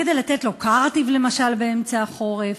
כדי לתת לו למשל קרטיב באמצע החורף,